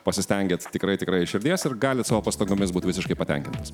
pasistengėt tikrai tikrai iš širdies ir galit savo pastangomis būt visiškai patenkintas